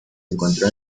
encontró